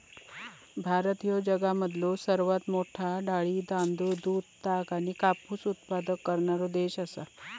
भारत ह्यो जगामधलो सर्वात मोठा डाळी, तांदूळ, दूध, ताग आणि कापूस उत्पादक करणारो देश आसा